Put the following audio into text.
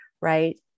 Right